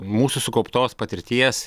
mūsų sukauptos patirties